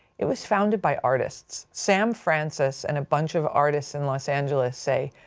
it was founded by artists. sam francis and a bunch of artists in los angeles say,